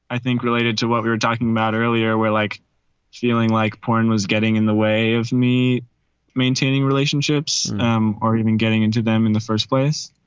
i think, related to what we were talking about earlier, where like stealing like porn was getting in the way of me maintaining relationships or even getting into them in the first place.